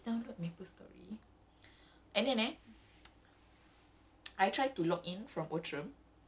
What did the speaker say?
basically it's more lah then after that I download a lot of okay I did not download a lot of games I just download maplestory